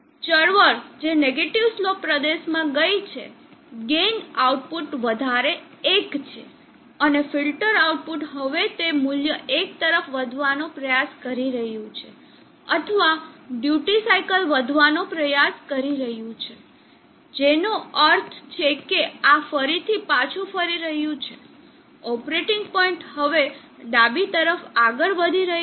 ચળવળ જે negative slope પ્રદેશમાં ગઈ છે ગેઇન આઉટપુટ વધારે 1 છે અને ફિલ્ટર આઉટપુટ હવે તે મૂલ્ય 1 તરફ વધવાનો પ્રયાસ કરી રહ્યું છે અથવા ડ્યુટી સાઇકલ વધવાનો પ્રયાસ કરી રહ્યું છે જેનો અર્થ છે કે આ ફરીથી પાછું ફરી રહ્યું છે ઓપરેટિંગ પોઇન્ટ હવે ડાબી તરફ આગળ વધી રહ્યું છે